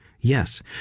yes